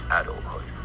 adulthood